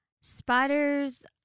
Spiders